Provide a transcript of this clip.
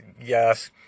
yes